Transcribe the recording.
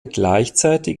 gleichzeitig